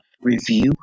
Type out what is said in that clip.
review